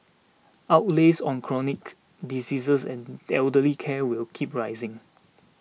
outlays on chronic diseases and elderly care will keep rising